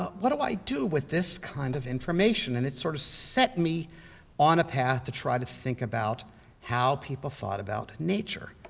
what do i do with this kind of information? and it sort of set me on a path to try to think about how people thought about nature,